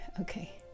okay